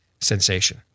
sensation